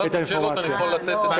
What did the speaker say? --- זה